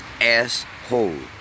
asshole